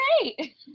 great